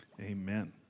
Amen